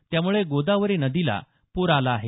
त्यामुळे गोदावरी नदीला पूर आला आहे